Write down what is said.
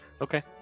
okay